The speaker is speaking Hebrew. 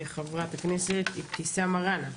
וחברת הכנסת אבתיסאם מראענה.